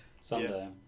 someday